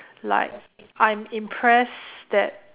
like I'm impressed that